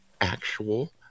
actual